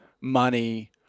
money